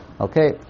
Okay